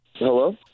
Hello